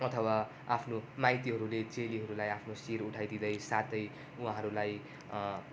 अथवा आफ्नो माइतीहरूले चेलीहरूलाई आफ्नु शिर उठाइदिँदै साथै उहाँहरूलाई